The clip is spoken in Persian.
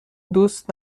دوست